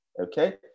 okay